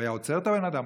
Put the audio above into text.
הוא היה עוצר את הבן אדם,